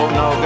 no